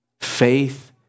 Faith